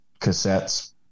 cassettes